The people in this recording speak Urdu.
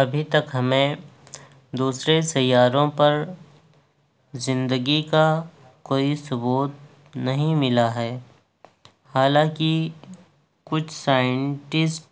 ابھی تک ہمیں دوسرے سیاروں پر زندگی کا کوئی ثبوت نہیں ملا ہے حالاں کہ کچھ سائنٹسٹ